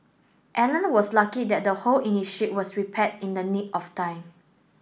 Alan was lucky that the hole in his ship was repaired in the nick of time